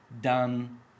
done